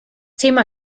thema